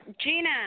Gina